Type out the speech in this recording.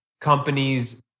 companies